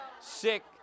sick